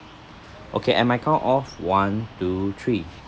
okay at my count of one two three